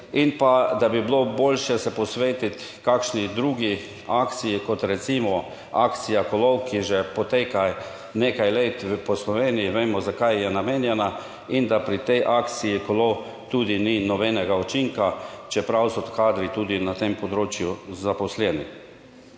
in pa, da bi bilo boljše se posvetiti kakšni drugi akciji, kot recimo akcija Kolo(?), ki že poteka nekaj let po Sloveniji, vemo za kaj je namenjena in da pri tej akciji Kolo tudi ni nobenega učinka, čeprav so kadri tudi na tem področju zaposleni.